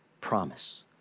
promise